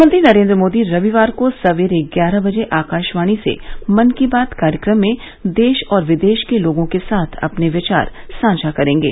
प्रधानमंत्री नरेंद्र मोदी रविवार को सवेरे ग्यारह बजे आकाशवाणी से मन की बात कार्यक्रम में देश और विदेश को लोगों के साथ अपने विचार साझा करेंगे